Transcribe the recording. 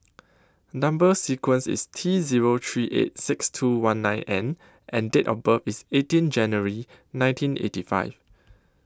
Number sequence IS T Zero three eight six two one nine N and Date of birth IS eighteen January nineteen eighty five